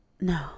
No